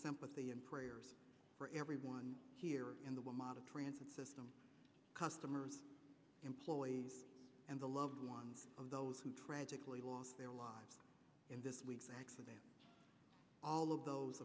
sympathy and prayers for everyone here in the model transit system customers employees and the loved one of those who tragically lost their lives in this week's accident all of those